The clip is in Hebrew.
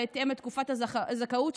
בהתאם לתקופת הזכאות,